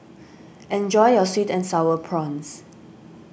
enjoy your Sweet and Sour Prawns